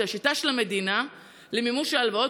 שהיא השיטה של המדינה למימוש ההלוואות,